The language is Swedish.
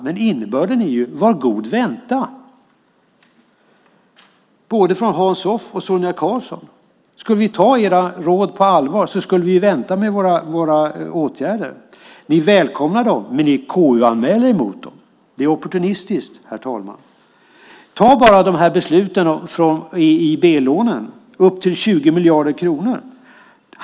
Men innebörden är både från Hans Hoff och Sonia Karlsson är: Var god vänta! Om vi skulle ta era råd på allvar skulle vi vänta med era åtgärder. Ni välkomnar dem, men ni KU-anmäler dem. Det är opportunistiskt, herr talman. Ta bara besluten om billånen på upp till 20 miljarder kronor!